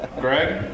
Greg